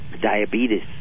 diabetes